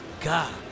God